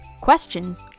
questions